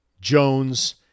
Jones